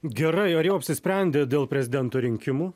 gerai ar jau apsisprendėt dėl prezidento rinkimų